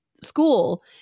school